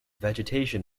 vegetation